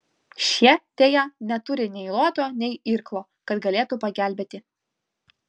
šie deja neturi nei luoto nei irklo kad galėtų pagelbėti